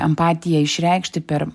empatiją išreikšti per